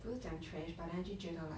不是讲 trash but then 他就觉得 like